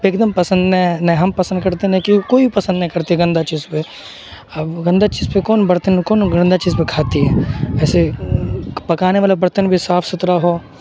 ایک دم پسند نہیں نہیں ہم پسند کرتے نہیں کیوں کوئی بھی پسند نہیں کرتی گندہ چیز پہ اب گندہ چیز پہ کون برتن کون گندہ چیز پہ کھاتی ہے ایسے پکانے والا برتن بھی صاف ستھرا ہو